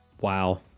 Wow